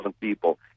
people